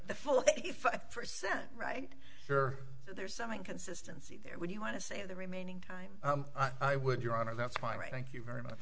the full eighty five percent right there there's some inconsistency there when you want to say the remaining time i would your honor that's fine thank you very much